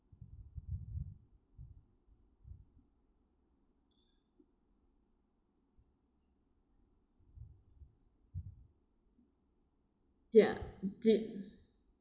ya did